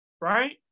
right